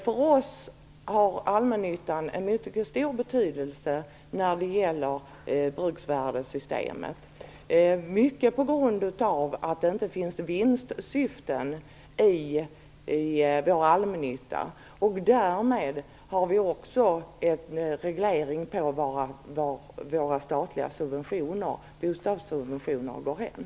För oss har allmännyttan en mycket stor betydelse när det gäller bruksvärdessystemet, mycket på grund av att vår allmännytta inte har något vinstsyfte. Därmed har vi också en reglering av hur våra statliga subventioner, bostadssubventioner, används.